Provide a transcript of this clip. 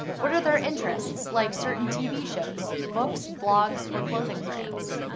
what are their interests, like certain tv shows, books, blogs, or clothing brands.